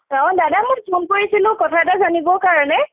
অঁ দাদা মই ফোন কৰিছিলোঁ কথা এটা জানিবৰ কাৰণে